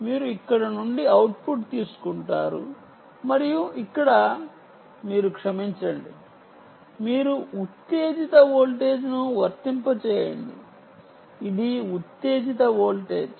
మీరు ఇక్కడ నుండి అవుట్పుట్ తీసుకుంటారు మరియు ఇక్కడ మీరు క్షమించండి మీరు ఉత్తేజిత వోల్టేజ్ను వర్తింపజేయండి ఇది ఉత్తేజిత వోల్టేజ్